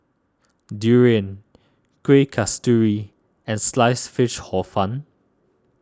Durian Kuih Kasturi and Sliced Fish Hor Fun